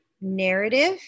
narrative